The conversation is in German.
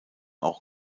auch